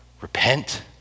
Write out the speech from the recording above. repent